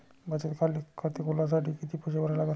बचत खाते खोलासाठी किती पैसे भरा लागन?